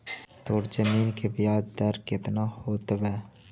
तोर जमीन के ब्याज दर केतना होतवऽ?